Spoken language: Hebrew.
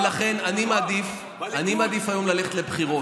ולכן אני מעדיף היום ללכת לבחירות.